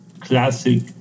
classic